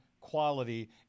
quality